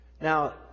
now